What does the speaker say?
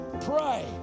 pray